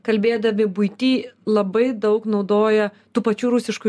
kalbėdami buity labai daug naudoja tų pačių rusiškų